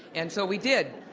and so we did,